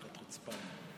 חתיכת חוצפן.